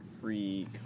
free